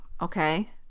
okay